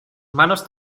manos